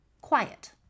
quiet